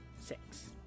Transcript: six